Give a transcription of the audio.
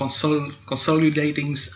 consolidating